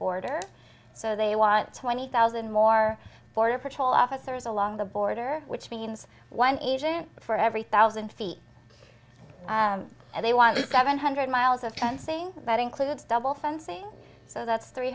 border so they want twenty thousand more border patrol officers along the border which means one agent for every thousand feet and they want a seven hundred miles of fencing that includes double fencing so that's three